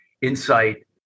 insight